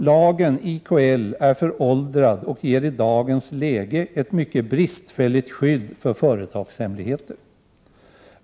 Lagen är föråldrad och ger i dagens läge ett mycket bristfälligt skydd för företagshemligheter.